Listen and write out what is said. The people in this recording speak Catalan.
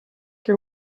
que